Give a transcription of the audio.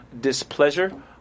displeasure